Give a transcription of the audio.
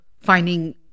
finding